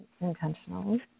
intentionally